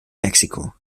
mexiko